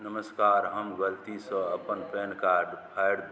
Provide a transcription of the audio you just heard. नमस्कार हम गलतीसे अपन पैन कार्ड फाड़ि